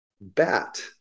bat